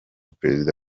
perezida